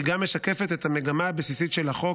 היא גם משקפת את המגמה הבסיסית של החוק